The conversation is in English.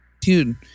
Dude